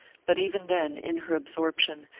but even then, in her absorption,